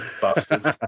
bastards